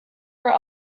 are